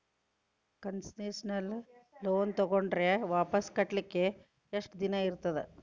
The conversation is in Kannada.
ಕನ್ಸೆಸ್ನಲ್ ಲೊನ್ ತಗೊಂಡ್ರ್ ವಾಪಸ್ ಕಟ್ಲಿಕ್ಕೆ ಯೆಷ್ಟ್ ದಿನಾ ಇರ್ತದ?